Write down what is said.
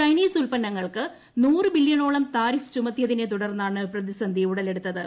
Chinese ഉത്പന്നങ്ങൾക്ക് നൂറ് ബില്യണോളം താരിഫ് ചുമത്തിയതിനെ തുടർന്നാണ് പ്രതിസന്ധി ഉട്ട്ളെടുത്തത്